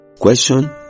Question